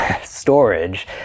storage